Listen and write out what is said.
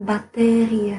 batéria